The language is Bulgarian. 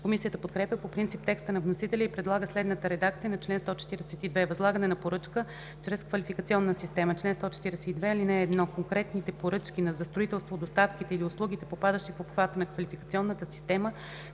Комисията подкрепя по принцип текста на вносителя и предлага следната редакция на чл. 142: „Възлагане на поръчка чрез квалификационна система Чл. 142. (1) Конкретните поръчки за строителството, доставките или услугите, попадащи в обхвата на квалификационната система,